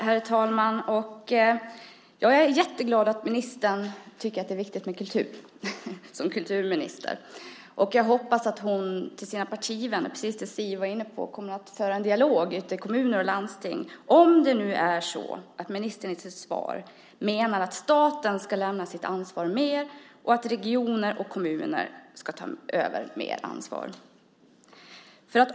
Herr talman! Jag är jätteglad att ministern tycker att det är viktigt med kultur som kulturminister. Jag hoppas att hon med sina partivänner, precis som Siv var inne på, kommer att föra en dialog ute i kommuner och landsting, om det nu är så att ministern i sitt svar menar att staten ska lämna sitt ansvar mer och att regioner och kommuner ska ta över mer ansvar.